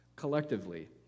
collectively